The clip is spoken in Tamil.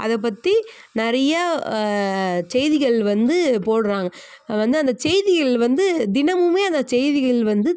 அதை பற்றி நிறையா செய்திகள் வந்து போடுறாங்க வந்து அந்த செய்திகள் வந்து தினமுமே அந்த செய்திகள் வந்து